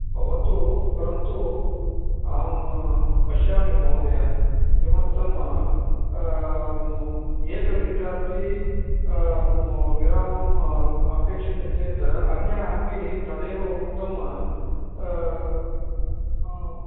भवतु परन्तु अहं पश्यामि महोदय किमर्थं एकविद्यार्थी विरामं अपेक्षते चेत् अन्यः अपि तदेव उक्तं